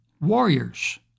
warriors